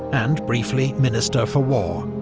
and briefly, minister for war.